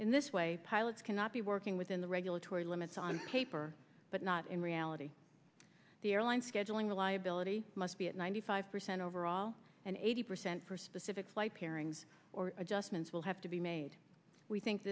in this way pilots cannot be working within the regulatory limits on paper but not in reality the airline scheduling reliability must be at ninety five percent overall and eighty percent for specific flight pairings or adjustments will have to be made we think